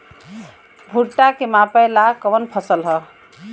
भूट्टा के मापे ला कवन फसल ह?